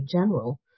general